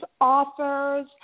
authors